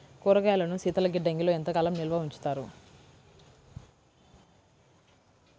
కూరగాయలను శీతలగిడ్డంగిలో ఎంత కాలం నిల్వ ఉంచుతారు?